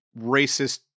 racist